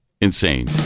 insane